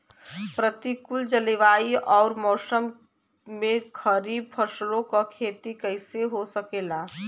प्रतिकूल जलवायु अउर मौसम में खरीफ फसलों क खेती कइसे हो सकेला?